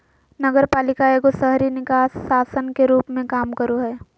नगरपालिका एगो शहरी निकाय शासन के रूप मे काम करो हय